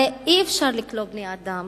הרי אי-אפשר לכלוא בני-אדם,